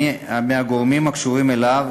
או מי מהגורמים הקשורים אליו,